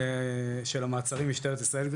המשפט במעצרים פליליים בישראל.